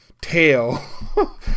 tail